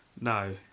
No